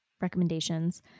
recommendations